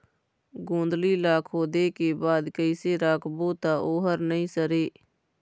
गोंदली ला खोदे के बाद कइसे राखबो त ओहर नई सरे?